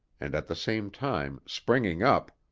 and at the same time, springing up,